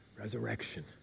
Resurrection